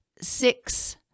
six